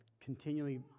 continually